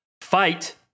fight